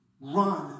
run